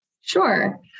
Sure